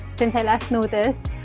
since i last noticed.